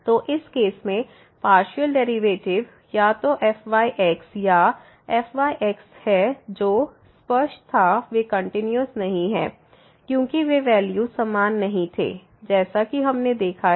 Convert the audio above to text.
तो इस केस में पार्शियल डेरिवेटिव या तो fxy या fyx है जो स्पष्ट था वे कंटीन्यूअस नहीं हैं क्योंकि वे वैल्यू समान नहीं थे जैसा कि हमने देखा है